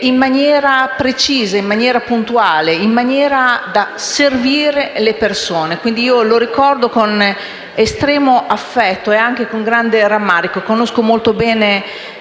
in maniera precisa e puntuale e al fine di servire le persone. Quindi, lo ricordo con estremo affetto e anche con grande rammarico. Conosco molto bene